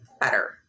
better